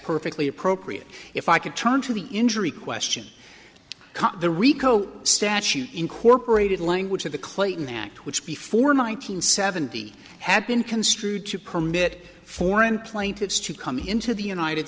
perfectly appropriate if i could turn to the injury question the rico statute incorporated language of the clayton act which before nine hundred seventy had been construed to permit foreign plaintiffs to come into the united